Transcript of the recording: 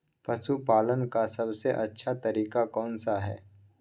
पशु पालन का सबसे अच्छा तरीका कौन सा हैँ?